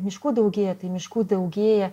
miškų daugėja tai miškų daugėja